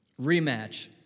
Rematch